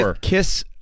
Kiss